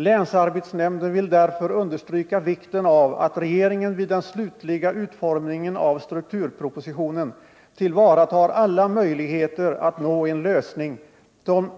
Länsarbetsnämnden vill därför understryka vikten av att regeringen vid den slutliga utformningen av strukturpropositionen tillvaratar alla möjligheter att nå en lösning